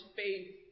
faith